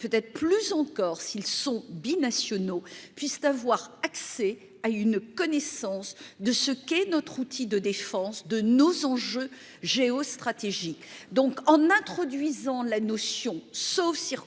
peut être plus encore s'ils sont binationaux puissent avoir accès à une connaissance de ce qu'est notre outil de défense de nos enjeux géostratégiques donc en introduisant la notion, sauf circonstances